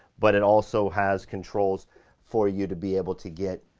but it also has controls for you to be able to get